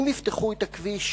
אם יפתחו את הכביש